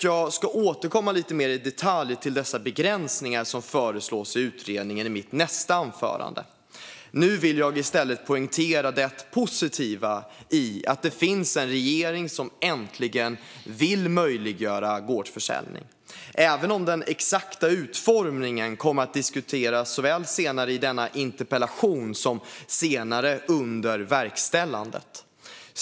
Jag ska återkomma lite mer i detalj till de begränsningar som föreslås i utredningen i mitt nästa anförande. Nu vill jag i stället poängtera det positiva i att det finns en regering som äntligen vill möjliggöra gårdsförsäljning, även om den exakta utformningen kommer att diskuteras såväl senare i denna interpellationsdebatt som senare under verkställandet.